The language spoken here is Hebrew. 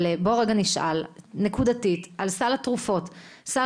אבל בוא נשאל רגע נקודתית על סל התרופות: סל